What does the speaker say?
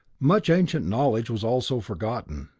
much ancient knowledge was also forgotten.